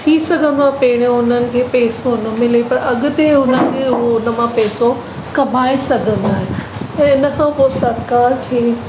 थी सघा मां पेहिरियों उन्हनि खे पैसो न मिले पर अॻिते हुननि खे उहो उन मां पैसो कमाइ सघंदा आहिनि ऐं इनखां पोइ सरकार खे